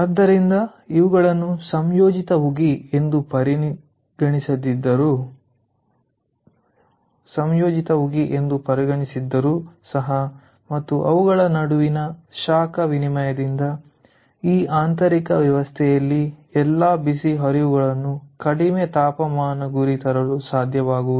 ಆದ್ದರಿಂದ ಇವುಗಳನ್ನು ಸಂಯೋಜಿತ ಉಗಿ ಎಂದು ಪರಿಗಣಿಸಿದ್ದರೂ ಸಹ ಮತ್ತು ಅವುಗಳ ನಡುವಿನ ಶಾಖ ವಿನಿಮಯದಿಂದ ಈ ಆಂತರಿಕ ವ್ಯವಸ್ಥೆಯಲ್ಲಿ ಎಲ್ಲಾ ಬಿಸಿ ಹರಿವುಗಳನ್ನು ಕಡಿಮೆ ತಾಪಮಾನ ಗುರಿ ತರಲು ಸಾಧ್ಯವಾಗುವುದಿಲ್ಲ